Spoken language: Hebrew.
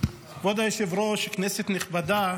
כבוד היושב-ראש, כנסת נכבדה,